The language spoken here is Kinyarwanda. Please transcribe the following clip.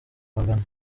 amagana